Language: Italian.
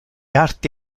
arti